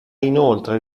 inoltre